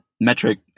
metric